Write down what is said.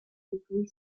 weekly